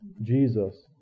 Jesus